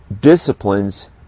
disciplines